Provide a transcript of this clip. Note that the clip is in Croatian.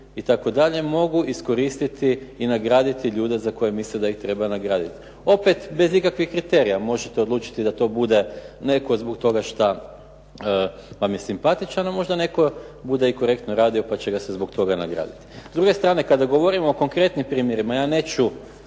itd. mogu iskoristiti i nagraditi ljude za koje misli da ih treba nagraditi. Opet bez ikakvih kriterija možete odlučiti da to bude netko zbog toga što vam je simpatičan, a možda netko bude korektno radio, pa će se zbog toga nagraditi. S druge strane kada govorimo o konkretnim primjerima, ja neću